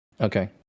Okay